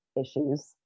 issues